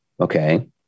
Okay